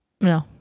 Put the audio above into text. No